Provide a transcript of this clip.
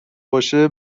باشه